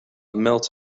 melt